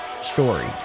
story